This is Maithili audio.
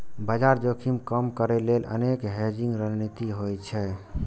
बाजार जोखिम कम करै लेल अनेक हेजिंग रणनीति होइ छै